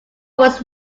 was